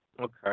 Okay